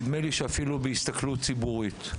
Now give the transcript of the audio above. נדמה לי שאפילו בהסתכלות ציבורית.